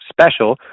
special